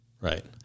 Right